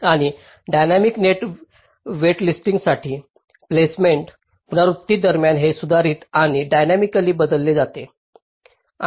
आणि dynamic net वेटलिंगसाठी placement पुनरावृत्ती दरम्यान ते सुधारित आणि डायनॅमिकलली बदलले जातात